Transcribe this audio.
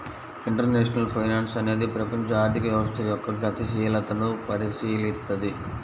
international finance అనేది ప్రపంచ ఆర్థిక వ్యవస్థ యొక్క గతిశీలతను పరిశీలిత్తది